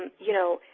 you know,